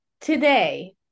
today